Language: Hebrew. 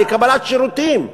לקבלת שירותים.